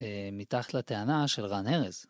מתחת לטענה של רן ארז.